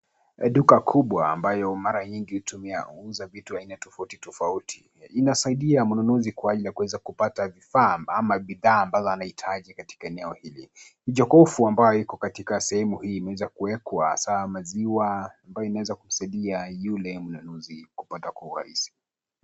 Duka kubwa ambayo mara nyingi hutumiwa kuuza vitu aina tofauti tofauti Lina saidia mnunuzi kwa ajili ya kuweza kupata vifaa ama bidhaa ambazo anahitaji katika eneo hili. Jokofu a ambayo iko katika sehemu imeweza kuwekwa saa maziwa ambayo inaweza kusaidia yule mnunuzi kuweza kupata kwa urahisi